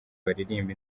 baririmba